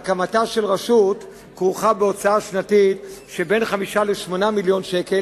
הקמתה של רשות כרוכה בהוצאה שנתית של בין 5 ל-8 מיליוני שקל,